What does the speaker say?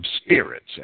spirits